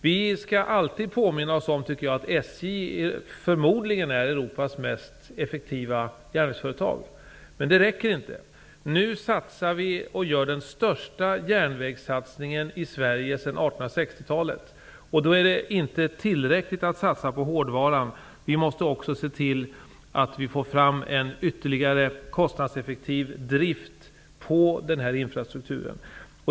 Vi skall alltid påminna oss, tycker jag, att SJ förmodligen är Europas mest effektiva järnvägsföretag. Men det räcker inte. Nu gör vi den största järnvägssatsningen i Sverige sedan 1860 talet. Då är det inte tillräckligt att satsa på hårdvaran. Vi måste också se till att vi får fram en ytterligt kostnadseffektiv drift på den här infrastrukturen.